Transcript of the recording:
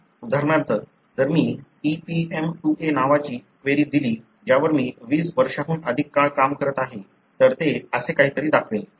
उदाहरणार्थ जर मी EPM2A नावाची क्वेरी दिली ज्यावर मी 20 वर्षांहून अधिक काळ काम करत आहे तर ते असे काहीतरी दाखवेल